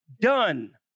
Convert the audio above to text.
done